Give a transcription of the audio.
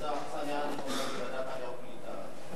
האכסניה הנכונה היא ועדת העלייה והקליטה.